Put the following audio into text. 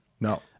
No